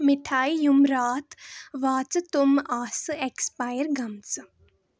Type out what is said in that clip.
مِٹھایہِ یِم راتھ واژٕ تِم آسہٕ ایٚکٕسپایر گٔمژٕ